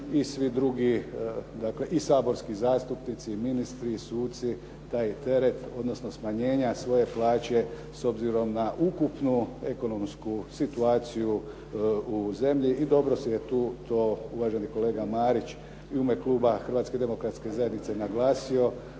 i svi drugi i saborski zastupnici, i ministri, i suci taj teret, odnosno smanjenja svoje plaće s obzirom na ukupnu ekonomsku situaciju u zemlji. I dobro je tu uvaženi kolega Marić, u ime kluba Hrvatske demokratske zajednice naglasio